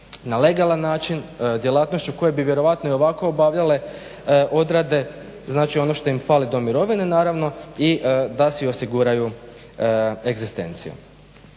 na legalan način djelatnošću koje bi vjerojatno i ovako obavljale odrade znači ono što im fali do mirovine i da si osiguraju egzistenciju.